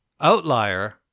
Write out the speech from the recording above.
Outlier